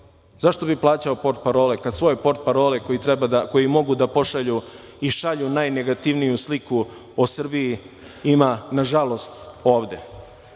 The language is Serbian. zašto bi plaćao portparole, kada svoje portparole koji mogu da pošalju i šalju najnegativniju sliku o Srbiji, ima na žalost ovde.